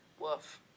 Woof